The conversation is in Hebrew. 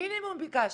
מינימום ביקשתי.